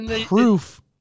proof